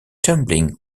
tumbling